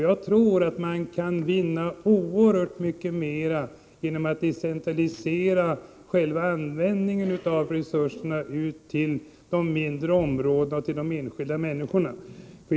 Jag tror att man kan vinna oerhört mycket mer genom att decentralisera själva användningen av resurserna ut till de mindre områdena och till de enskilda människorna.